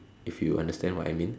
if you understand what I mean